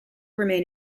remain